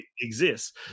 exists